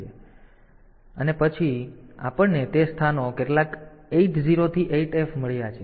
તેથી તે તે પ્રમાણે કરવામાં આવે છે અને તે પછી આપણને તે સ્થાનો કેટલાક 80 થી 8F મળ્યા છે